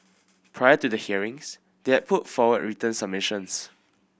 prior to the hearings they had put forward written submissions